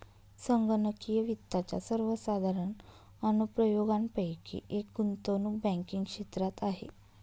संगणकीय वित्ताच्या सर्वसाधारण अनुप्रयोगांपैकी एक गुंतवणूक बँकिंग क्षेत्रात आहे